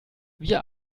wir